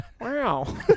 Wow